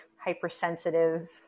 hypersensitive